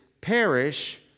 perish